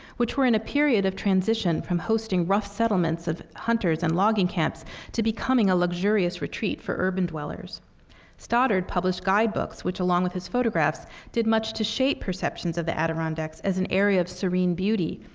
which were in a period of transition from hosting rough settlements of hunters and logging camps to becoming a luxurious retreat for urban dwellers stoddard published guidebooks, which along with his photographs did much to shape perceptions of the adirondacks as an area of serene beauty,